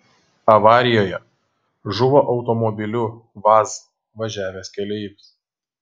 avarijoje žuvo automobiliu vaz važiavęs keleivis